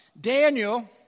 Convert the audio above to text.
Daniel